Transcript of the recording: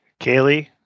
Kaylee